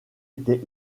était